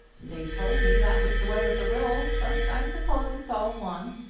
they told me that was the way of the will but i suppose it's all one.